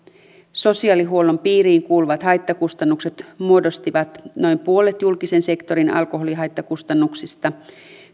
sosiaalihuollon piiriin kuuluvat haittakustannukset muodostivat noin puolet julkisen sektorin alkoholin haittakustannuksista